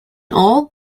all